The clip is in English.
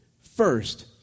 First